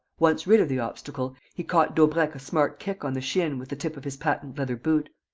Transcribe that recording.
once rid of the obstacle, he caught daubrecq a smart kick on the shin with the tip of his patent-leather boot.